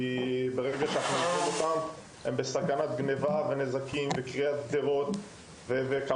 כדי למנוע גניבה שלהן ולמנוע קריעת גדרות וגרימת נזקים אחרים לשטח,